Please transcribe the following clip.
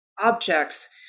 objects